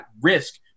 risk